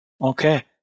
Okay